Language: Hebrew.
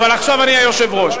אבל עכשיו אני היושב-ראש.